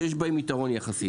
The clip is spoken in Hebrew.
שיש בהם יתרון יחסי.